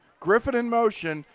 griffin in motion.